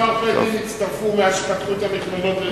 כמה עורכי-דין הצטרפו מאז שפתחו את המכללות,